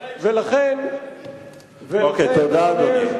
תודה, אדוני.